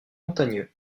montagneux